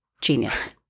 Genius